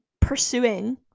pursuing